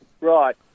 Right